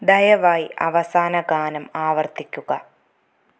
ദയവായി അവസാന ഗാനം ആവർത്തിക്കുക